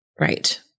right